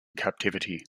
captivity